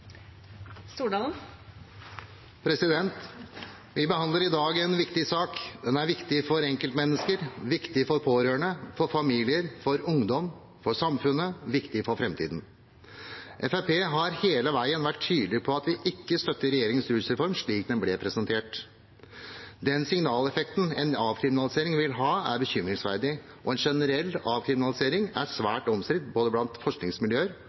viktig for enkeltmennesker, for pårørende, for familier, for ungdom, for samfunnet, viktig for framtiden. Fremskrittspartiet har hele veien vært tydelig på at vi ikke støtter regjeringens rusreform slik den ble presentert. Den signaleffekten en avkriminalisering vil ha, er bekymringsverdig, og en generell avkriminalisering er svært omstridt blant både forskningsmiljøer